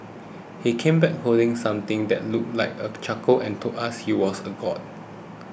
he came back holding something that looked like a charcoal and told us he was a god